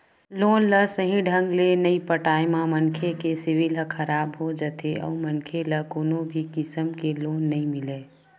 loan ल सहीं ढंग ले नइ पटाए म मनखे के सिविल ह खराब हो जाथे अउ मनखे ल कोनो भी किसम के लोन नइ मिलय